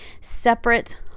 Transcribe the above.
separate